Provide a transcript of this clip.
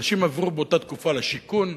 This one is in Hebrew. אנשים עברו באותה תקופה לשיכון.